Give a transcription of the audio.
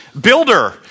builder